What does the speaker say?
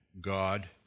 God